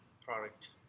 product